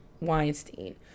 Weinstein